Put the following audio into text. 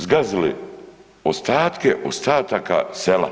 Zgazili ostatke ostataka sela.